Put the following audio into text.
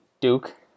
Duke